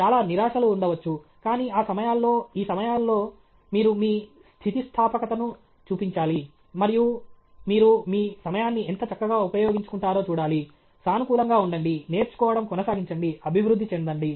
చాలా నిరాశలు ఉండవచ్చు కానీ ఈ సమయాల్లో ఈ సమయాల్లో మీరు మీ స్థితిస్థాపకతను చూపించాలి మరియు మీరు మీ సమయాన్ని ఎంత చక్కగా ఉపయోగించుకుంటారో చూడాలి సానుకూలంగా ఉండండి నేర్చుకోవడం కొనసాగించండి అభివృద్ధి చెందండి